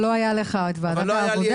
אבל אז לא הייתה ועדת העבודה.